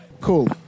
Cool